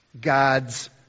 God's